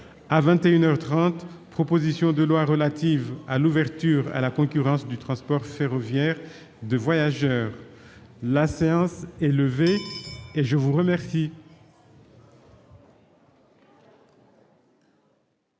de la proposition de loi relative à l'ouverture à la concurrence du transport ferroviaire de voyageurs. La séance est suspendue. ferait